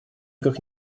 как